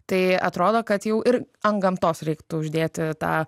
tai atrodo kad jau ir ant gamtos reiktų uždėti tą